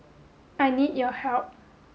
I need your help